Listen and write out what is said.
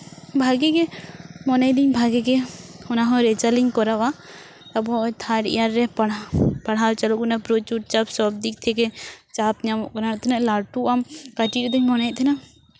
ᱵᱷᱟᱜᱮ ᱜᱮ ᱢᱚᱱᱮᱭ ᱫᱟᱹᱧ ᱵᱷᱟᱜᱮ ᱜᱮ ᱚᱱᱟ ᱦᱚᱸ ᱨᱮᱡᱟᱞᱴᱤᱧ ᱠᱚᱨᱟᱣᱟ ᱟᱵᱚ ᱦᱚᱸᱜᱼᱚᱭ ᱛᱷᱟᱨᱰ ᱤᱭᱟᱨ ᱨᱮ ᱯᱟᱲᱦᱟᱣ ᱯᱟᱲᱦᱟᱣ ᱪᱟᱹᱞᱩᱜ ᱠᱟᱱᱟ ᱯᱨᱚᱪᱩᱨ ᱪᱟᱯ ᱥᱚᱵᱽ ᱫᱤᱠ ᱛᱷᱮᱠᱮ ᱪᱟᱯ ᱧᱟᱢᱚᱜ ᱠᱟᱱᱟ ᱛᱤᱱᱟᱹᱜ ᱞᱟᱹᱴᱩᱜ ᱟᱢ ᱠᱟᱹᱴᱤᱡ ᱨᱮᱫᱚᱧ ᱢᱚᱱᱮᱭᱮᱫ ᱛᱟᱦᱮᱱᱟ